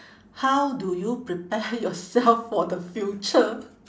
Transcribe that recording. how do you prepare yourself for the future